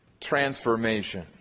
transformation